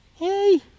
Hey